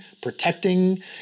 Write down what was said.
protecting